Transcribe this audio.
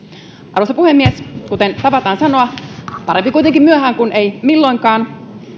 arvoisa puhemies kuten tavataan sanoa parempi kuitenkin myöhään kuin ei milloinkaan